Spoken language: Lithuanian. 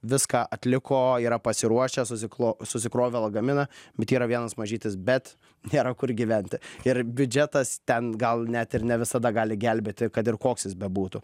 viską atliko yra pasiruošę susiklo susikrovę lagaminą bet yra vienas mažytis bet nėra kur gyventi ir biudžetas ten gal net ir ne visada gali gelbėti kad ir koks jis bebūtų